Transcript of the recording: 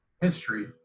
history